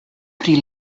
pri